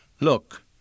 Look